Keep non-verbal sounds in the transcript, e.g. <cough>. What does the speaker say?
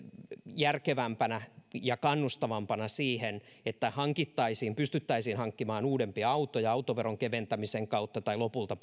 järkevämpänä ja kannustavampana siihen että pystyttäisiin hankkimaan uudempia autoja autoveron keventämisen kautta tai lopulta <unintelligible>